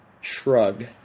shrug